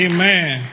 Amen